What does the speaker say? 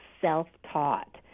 self-taught